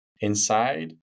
inside